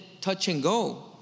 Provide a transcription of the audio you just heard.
touch-and-go